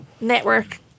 network